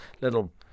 little